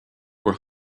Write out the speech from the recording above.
were